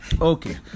okay